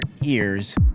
ears